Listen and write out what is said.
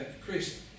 Chris